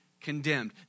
condemned